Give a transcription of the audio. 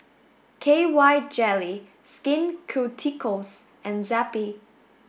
K Y jelly Skin Ceuticals and Zappy